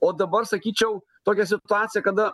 o dabar sakyčiau tokia situacija kada